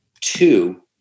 Two